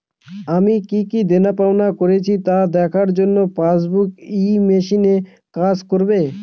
আমি কি কি দেনাপাওনা করেছি তা দেখার জন্য পাসবুক ই মেশিন কাজ করবে?